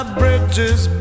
bridges